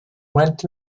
went